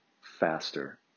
faster